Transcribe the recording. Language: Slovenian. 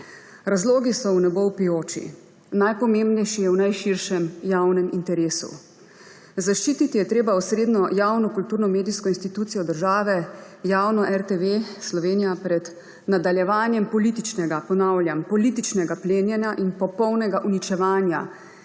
Razlogi so v nebo vpijoči. Najpomembnejši je v najširšem javnem interesu. Zaščititi je treba osrednjo javno kulturno medijsko institucijo države, javno RTV Slovenija, pred nadaljevanjem političnega, ponavljam, političnega plenjenja in popolnega uničevanja